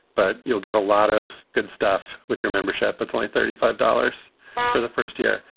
but you'll get a lot of good stuff with your membership at twenty, thirty five dollars for the first year.